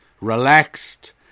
relaxed